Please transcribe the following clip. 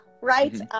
right